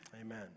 Amen